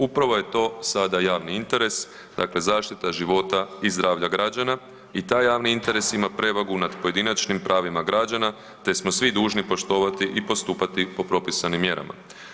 Upravo je to sada javni interes, dakle zaštita života i zdravlja građana i taj javni interes ima prevagu nad pojedinačnim pravima građana te smo svi dužni poštovati i postupati po propisanim mjerama.